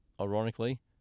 ironically